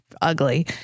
ugly